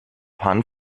pan